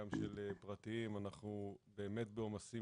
גם של פרטיים ואנחנו באמת בעומסים